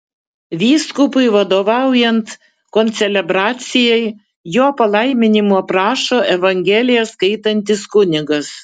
vyskupui vadovaujant koncelebracijai jo palaiminimo prašo evangeliją skaitantis kunigas